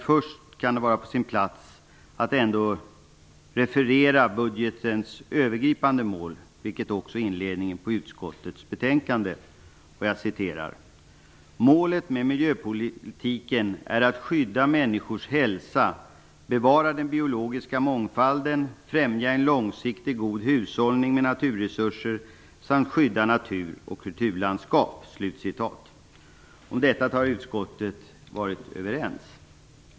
Först kan det vara på sin plats att referera budgetens övergripande mål, vilket också är inledningen på utskottets betänkande: Målet med miljöpolitiken är att skydda människors hälsa, bevara den biologiska mångfalden, främja en långsiktigt god hushållning med naturresurser samt skydda natur och kulturlandskap. Om detta har utskottet varit enigt.